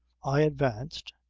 i advanced,